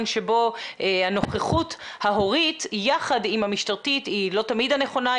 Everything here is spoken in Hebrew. שבו הנוכחות ההורית יחד עם המשטרתית היא לא תמיד הנכונה,